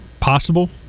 possible